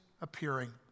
appearing